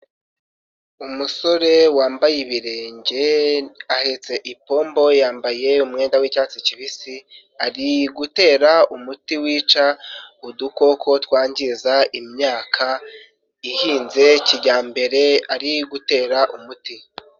Umusore wambaye ibirenge, ahetse ipombo, yambaye umwenda wi'icyatsi kibisi, ari gutera umuti wica udukoko twangiza imyaka ihinze kijyambere, ari gutera umuti.